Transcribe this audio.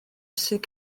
sydd